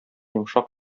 йомшак